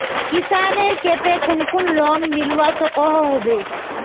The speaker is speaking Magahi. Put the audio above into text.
किसानेर केते कुन कुन लोन मिलवा सकोहो होबे?